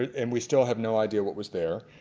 and we still have no idea what was there.